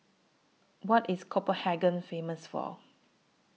What IS Copenhagen Famous For